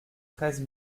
treize